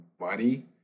money